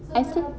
I still